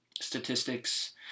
statistics